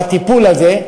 בטיפול הזה,